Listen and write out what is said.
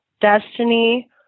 Destiny